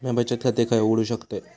म्या बचत खाते खय उघडू शकतय?